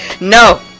No